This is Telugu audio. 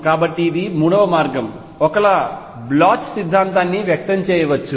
కాబట్టి ఇది మూడవ మార్గం ఒకలా పొటెన్షియల్ సిద్ధాంతాన్ని వ్యక్తం చేయవచ్చు